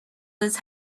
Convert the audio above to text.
this